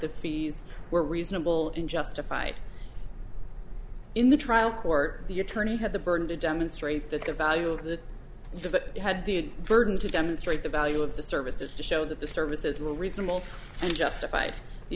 the fees were reasonable in justified in the trial court the attorney had the burden to demonstrate that the value of the job but had the burden to demonstrate the value of the service is to show that the services were reasonable and justified the